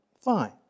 Fine